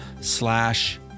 slash